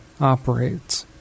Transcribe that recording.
operates